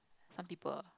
some people